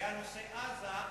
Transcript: והיה נושא עזה,